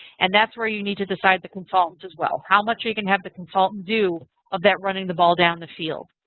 and that's where you need to decide the consultants as well. how much you can have the consultant do of that running the ball down the field.